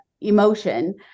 emotion